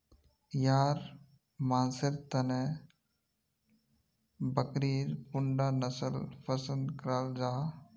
याहर मानसेर तने बकरीर कुंडा नसल पसंद कराल जाहा?